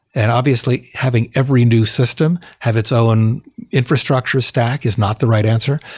and obviously, having every new system have its own infrastructure stack is not the right answer,